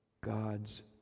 God's